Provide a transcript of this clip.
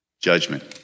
judgment